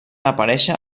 aparèixer